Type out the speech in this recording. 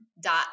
dot